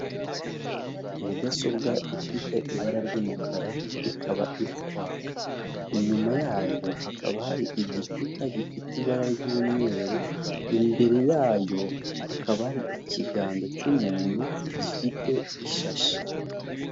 Mudasobwa ifite ibara ry'umukara ikaba iri kwaka, inyuma yayo hakaba hari igikuta gifite ibara ry'mweru, imbere yayo hakaba ari ikiganza cy'umuntu gifite ishashi.